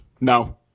No